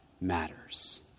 matters